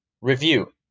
Review